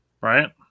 Right